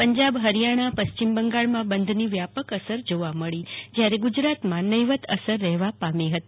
પંજાબ હરિયાણા પશ્ચિમ બંગાળમાં બંધની વ્યાપક અસર જોવા મળી જ્યારે ગુજરાતમાં નહિવત અસર રહેવા પામી હતી